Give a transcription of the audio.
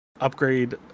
upgrade